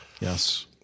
Yes